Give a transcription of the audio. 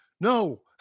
No